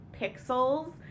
pixels